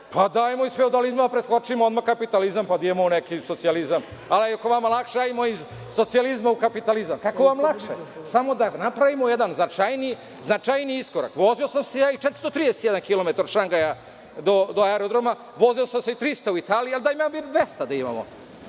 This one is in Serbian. Dajmo, iz feudalizma da preskočimo odmah kapitalizam, pa da idemo u neki socijalizam. Ako je vama lakše, hajmo iz socijalizma u kapitalizam, kako vam lakše, samo da napravimo jedan značajniji iskorak. Vozio sam se ja i 431 km od Šangaja do aerodroma. Vozio sam se i 300 u Italiji, ali daj da bar imamo